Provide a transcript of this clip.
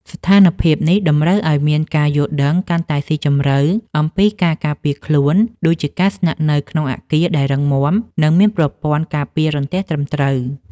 ស្ថានភាពនេះតម្រូវឱ្យមានការយល់ដឹងកាន់តែស៊ីជម្រៅអំពីការការពារខ្លួន ដូចជាការស្នាក់នៅក្នុងអគារដែលរឹងមាំ និងមានប្រព័ន្ធការពាររន្ទះត្រឹមត្រូវ។